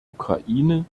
ukraine